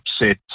upset